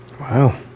Wow